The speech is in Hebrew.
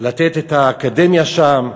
לתת את האקדמיה שם.